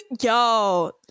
Yo